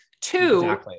Two